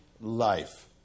life